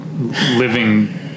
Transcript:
Living